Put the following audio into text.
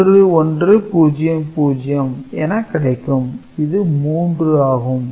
1100 என கிடைக்கும் இது 3 ஆகும்